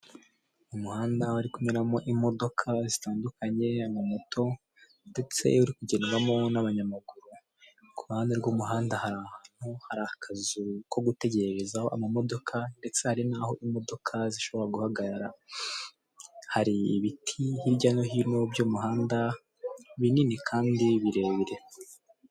Umuhanda wari kunyuramo imodoka zitandukanye, amamoto, ndetse iri kugendwamo n'abanyamaguru, ku ruhande rw'umuhanda hari ahantu hari akazu ko gutegereza amamodoka, ndetse hari naho imodoka zishobora guhagarara. Hari ibiti hirya no hino by'umuhanda binini kandi birebire.